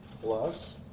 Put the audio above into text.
plus